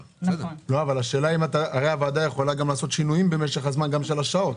הרי הוועדה יכולה במשך הזמן לעשות שינויים גם של השעות.